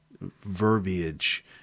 verbiage